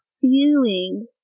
feeling